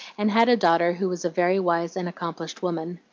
and had a daughter who was a very wise and accomplished woman.